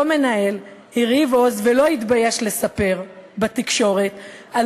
אותו מנהל הרהיב עוז ולא התבייש לספר בתקשורת על